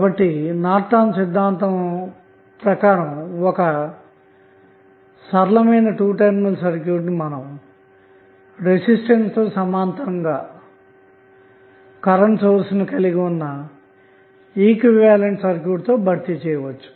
కాబట్టి నార్టన్ సిద్ధాంతంప్రకారం ఒక లీనియర్ 2 టెర్మినల్ సర్క్యూట్నురెసిస్టర్తో సమాంతరంగా కరెంటు సోర్స్ ని కలిగి ఉన్న ఈక్వివలెంట్ సర్క్యూట్ తో భర్తీ చేయవచ్చు